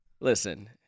Listen